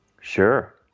Sure